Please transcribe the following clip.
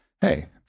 hey